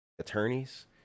attorneys